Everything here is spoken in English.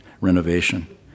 renovation